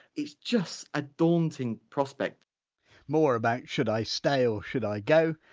it's just a daunting prospect more about should i stay or should i go,